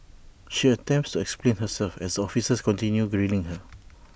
she attempts explain herself as officers continue grilling her